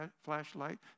flashlight